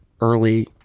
early